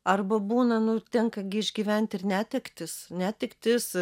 arba būna nu tenka gi išgyventi ir netektis netektis